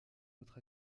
autre